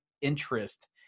interest